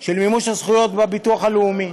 של מימוש הזכויות בביטוח הלאומי.